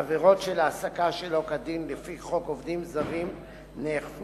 עבירות של העסקה שלא כדין לפי חוק עובדים זרים נאכפו